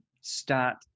start